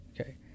okay